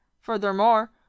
Furthermore